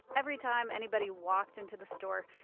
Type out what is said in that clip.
every time anybody walked into the store,